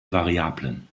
variablen